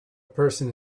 person